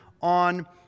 on